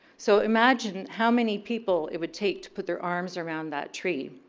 so imagine how many people it would take to put their arms around that tree.